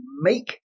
make